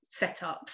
setups